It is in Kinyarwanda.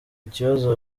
ikibazo